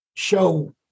show